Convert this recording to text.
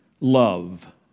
love